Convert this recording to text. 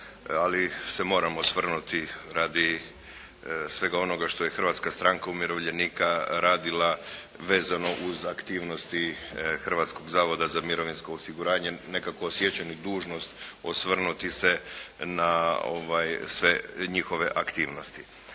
ali se moram osvrnuti radi svega onoga što je Hrvatska stranka umirovljenika radila vezano uz aktivnosti Hrvatskog zavoda za mirovinsko osiguranje. Nekako osjećam i dužnost osvrnuti se na sve njihove aktivnosti.